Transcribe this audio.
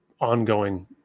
ongoing